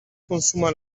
consuma